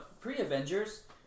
Pre-Avengers